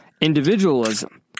individualism